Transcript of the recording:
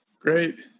Great